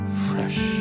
fresh